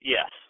Yes